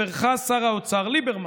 אדוני היושב-ראש, חברך שר האוצר ליברמן,